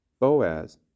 Boaz